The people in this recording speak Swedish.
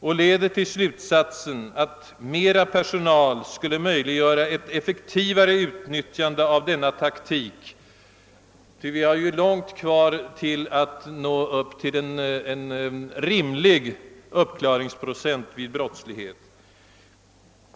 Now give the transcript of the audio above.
Den leder rimligen till slutsatsen att mera personal skulle möjliggöra ett effektivare utnyttjande av denna taktik, ty vi har ju långt kvar till att nå upp till en godtagbar uppklaringsprocent vid brottslighet.